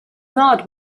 not